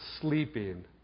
sleeping